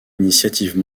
initiatives